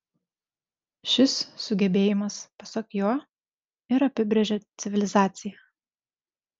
šis sugebėjimas pasak jo ir apibrėžia civilizaciją